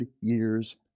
years